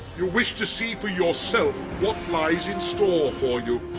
you wish to see for yourself what lies in store for you,